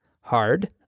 hard